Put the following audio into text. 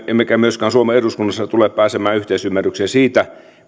emmekä myöskään suomen eduskunnassa tule pääsemään yhteisymmärrykseen siitä